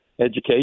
education